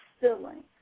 filling